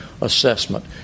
assessment